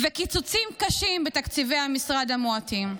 קיצוצים קשים בתקציבי המשרד המועטים.